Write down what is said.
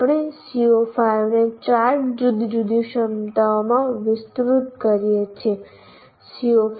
આપણે CO5 ને ચાર જુદી જુદી ક્ષમતાઓમાં વિસ્તૃત કરીએ છીએ